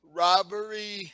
robbery